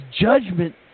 judgment